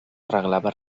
arreglava